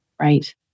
Right